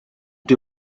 die